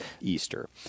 Easter